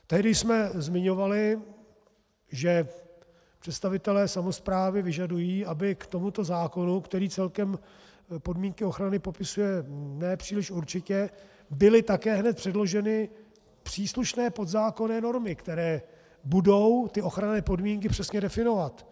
Tehdy jsme zmiňovali, že představitelé samosprávy vyžadují, aby k tomuto zákonu, který celkem podmínky ochrany popisuje nepříliš určitě, byly také hned předloženy příslušné podzákonné normy, které budou ochranné podmínky přesně definovat.